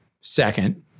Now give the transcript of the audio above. Second